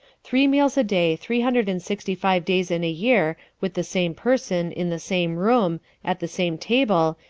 three meals a day three hundred and sixty-five days in a year, with the same person, in the same room, at the same table,